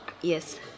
Yes